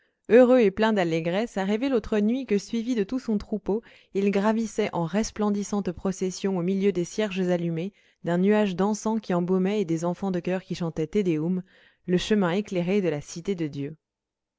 heureux et plein d'allégresse a rêvé l'autre nuit que suivi de tout son troupeau il gravissait en resplendissante procession au milieu des cierges allumés d'un nuage d'encens qui embaumait et des enfants de chœur qui chantaient te deum le chemin éclairé de la cité de dieu